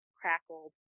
crackled